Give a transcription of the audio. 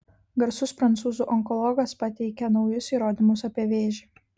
garsus prancūzų onkologas pateikia naujus įrodymus apie vėžį